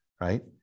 right